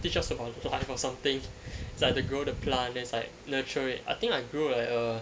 teach us about plant or something it's like to grow the plant then it's like nurture it I think I grow like uh